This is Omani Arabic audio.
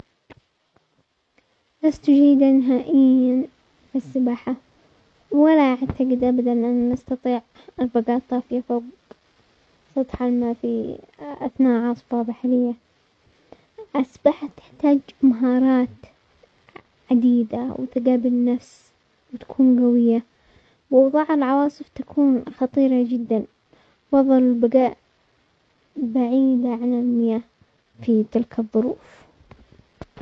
لست جيدة نهائيا السباحة، ولا اعتقد ابدا ان استطيع البقاء طافي فوق سطح الماء في اثناء عاصفة بحرية، السباحة تحتاج مهارات عديدة وثقة بالبنفس تكون قوية واوضاع العواصف تكون خطيرة جدا، افضل البقاء بعيدة عن المياه في تلك الظروف.